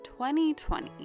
2020